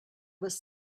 was